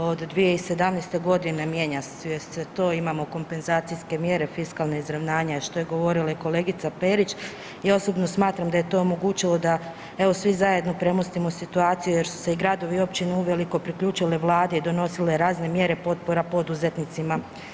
Od 2017. godine mijenja se to imamo kompenzacijske mjere, fiskalna izravnanja što je govorila i kolegica Perić i ja osobno smatram da je to omogućilo da evo svi zajedno premostimo situaciju jer su se i gradovi i općine uveliko priključile Vladi i donosile razne mjere potpora poduzetnicima.